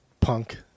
punk